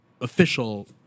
official